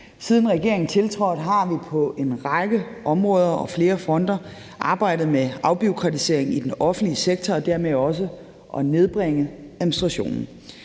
Siden regeringen tiltrådte, har vi på en række områder og flere fronter arbejdet med afbureaukratisering i den offentlige sektor og dermed også med at nedbringe administrationen.